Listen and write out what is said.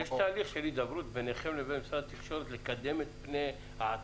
יש תהליך של הידברות ביניכם לבין משרד התקשורת לקדם את פני העתיד?